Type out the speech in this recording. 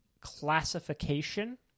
classification